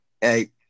Hey